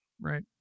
Right